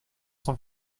cent